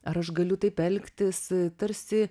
ar aš galiu taip elgtis tarsi